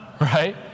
right